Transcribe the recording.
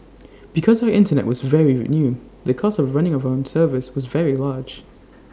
because the Internet was very new the cost of running our own servers was very large